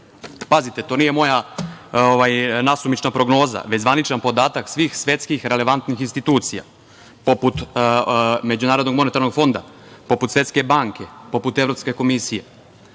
Pazite, to nije moja nasumična prognoza, već zvaničan podatak svih svetskih relevantnih institucija, poput MMF, poput Svetske banke, poput Evropske komisije. Kada